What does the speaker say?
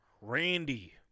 Randy